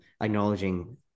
acknowledging